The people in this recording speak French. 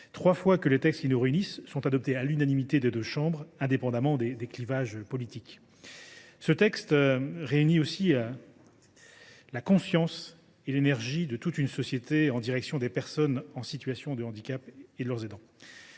Trois fois que les textes qui nous réunissent sont adoptés à l’unanimité des deux chambres, indépendamment des clivages politiques. Le présent texte réunit aussi la conscience et l’énergie de toute une société en direction des personnes en situation de handicap et de leurs aidants.